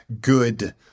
good